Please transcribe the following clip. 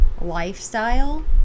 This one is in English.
lifestyle